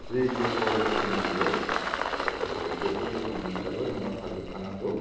जि जि कवालिफिकेसन नांगौ बे बेफोर डकुमेन्टसआबो नोंनाव थाजोबखानांगौ